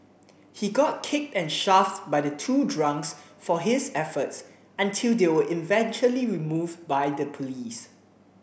he got kicked and shoved by the two drunks for his efforts until they were eventually removed by the police